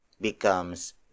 becomes